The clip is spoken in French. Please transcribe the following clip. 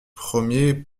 premier